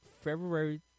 February